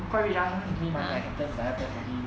call me ya then pay me money maybe I can I can get for him